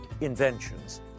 inventions